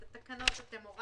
את התקנות הורדתם.